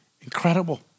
incredible